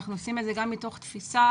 אלא גם מתוך תפיסה